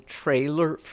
trailer